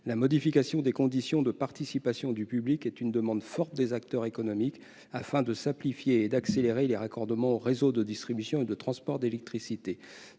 la modification des conditions de participation du public est une demande forte des acteurs économiques, afin de simplifier et d'accélérer les raccordements aux réseaux de distribution et de transport d'électricité.